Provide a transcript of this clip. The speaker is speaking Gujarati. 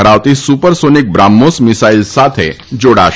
ધરાવતી સુપર સોનિક બ્રાહ્મોસ મિસાઈલ સાથે જાડાશે